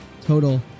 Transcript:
total